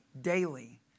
daily